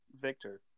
Victor